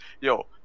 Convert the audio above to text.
yo